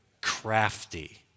crafty